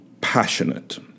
passionate